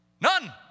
None